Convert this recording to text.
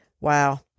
Wow